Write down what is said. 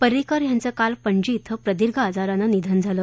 परिंकर यांचं काल पणजी ॐ प्रदीर्घ आजारानं निधन झालं